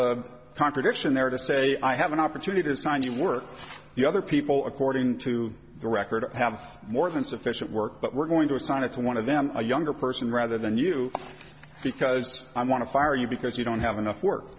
a contradiction there to say i have an opportunity it's time to work the other people according to the record i have more than sufficient work but we're going to assign it to one of them a younger person rather than you because i want to fire you because you don't have enough work